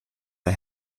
der